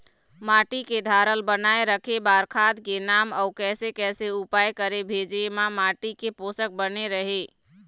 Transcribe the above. माटी के धारल बनाए रखे बार खाद के नाम अउ कैसे कैसे उपाय करें भेजे मा माटी के पोषक बने रहे?